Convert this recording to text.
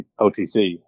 OTC